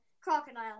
crocodile